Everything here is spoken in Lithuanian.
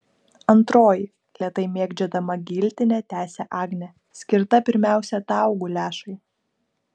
antroji lėtai mėgdžiodama giltinę tęsia agnė skirta pirmiausia tau guliašai